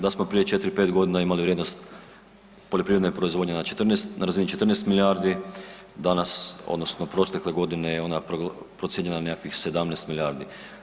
Da smo prije 4, 5 godina imali vrijednost poljoprivredne proizvodnje na 14, na razini 14 milijardi, danas, odnosno protekle godine je ona procijenjena na nekakvih 17 milijardi.